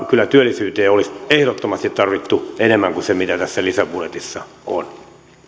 kyllä työllisyyteen olisi ehdottomasti tarvittu enemmän kuin se mitä tässä lisäbudjetissa on